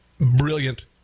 brilliant